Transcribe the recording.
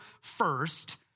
first